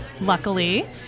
luckily